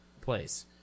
place